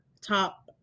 top